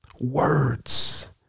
Words